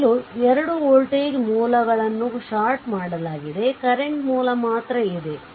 ಮೊದಲ 2 ವೋಲ್ಟೇಜ್ ಮೂಲಗಳನ್ನು ಷಾರ್ಟ್ ಮಾಡಲಾಗಿದೆ ಕರೆಂಟ್ ಮೂಲ ಮಾತ್ರ ಇದೆ